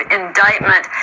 indictment